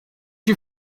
you